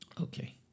okay